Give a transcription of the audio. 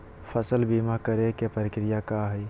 फसल बीमा करे के प्रक्रिया का हई?